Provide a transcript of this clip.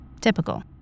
Typical